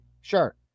Sure